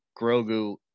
Grogu